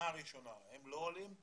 זה לא מוסיף עוד דירות,